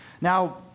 now